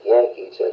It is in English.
Yankees